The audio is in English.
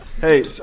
Hey